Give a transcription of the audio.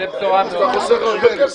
אתה חוסך הרבה כסף.